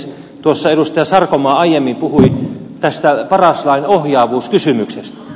tuossa edustaja sarkomaa aiemmin puhui tästä paras lain ohjaavuuskysymyksestä